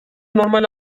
normal